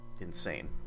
insane